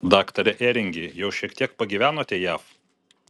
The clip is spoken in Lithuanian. daktare ėringi jau šiek tiek pagyvenote jav